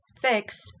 fix